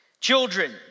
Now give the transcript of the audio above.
Children